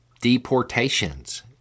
deportations